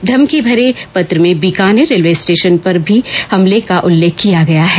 धमकी भरे पत्र में बीकानेर रेलवे स्टेशन पर भी हमले का उल्लेख किया गया है